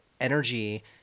energy